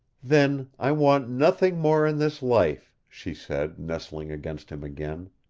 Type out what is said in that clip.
then i want nothing more in this life, she said, nestling against him again.